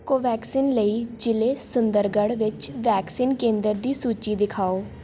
ਕੋਵੈਕਸਿਨ ਲਈ ਜ਼ਿਲ੍ਹੇ ਸੁੰਦਰਗੜ੍ਹ ਵਿੱਚ ਵੈਕਸੀਨ ਕੇਂਦਰ ਦੀ ਸੂਚੀ ਦਿਖਾਓ